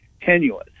tenuous